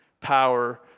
power